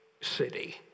city